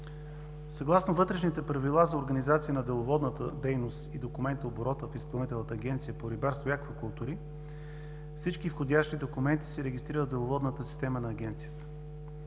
Съгласно Вътрешните правила за организация на деловодната дейност и документооборота в Изпълнителната агенция по рибарство и аквакултури всички входящи документи се регистрират в деловодната система на Агенцията.